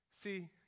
See